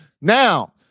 now